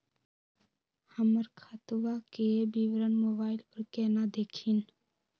हमर खतवा के विवरण मोबाईल पर केना देखिन?